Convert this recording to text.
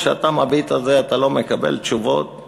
כשאתה מביט על זה אתה לא מקבל תשובות,